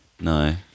No